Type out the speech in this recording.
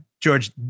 George